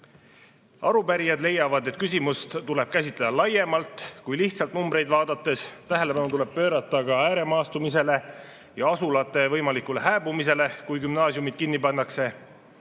Arupärijad leiavad, et küsimust tuleb käsitleda laiemalt kui lihtsalt numbreid vaadates. Tähelepanu tuleb pöörata ka ääremaastumisele ja asulate võimalikule hääbumisele, kui gümnaasiumid kinni pannakse.